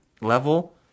level